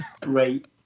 Great